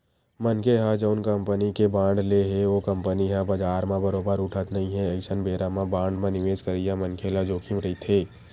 मनखे ह जउन कंपनी के बांड ले हे ओ कंपनी ह बजार म बरोबर उठत नइ हे अइसन बेरा म बांड म निवेस करइया मनखे ल जोखिम रहिथे